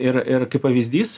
ir ir kaip pavyzdys